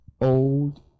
old